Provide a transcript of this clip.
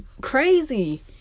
crazy